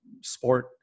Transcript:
sport